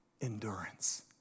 endurance